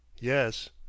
Yes